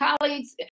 colleagues